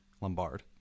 Lombard